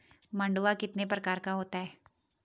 मंडुआ कितने प्रकार का होता है?